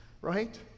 Right